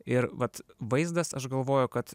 ir vat vaizdas aš galvoju kad